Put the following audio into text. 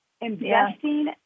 investing